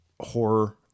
horror